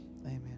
Amen